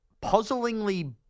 puzzlingly